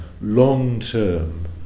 long-term